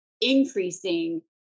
increasing